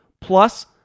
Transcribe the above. plus